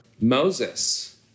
Moses